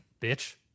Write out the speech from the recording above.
bitch